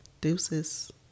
Deuces